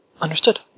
Understood